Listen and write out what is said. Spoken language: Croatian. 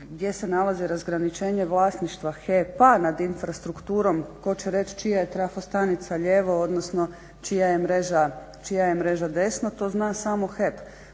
gdje se nalazi razgraničenje vlasništva HEP-a nad infrastrukturom tko će reći čija je trafostanica lijevo odnosno čija je mreža desno to zna samo HEP.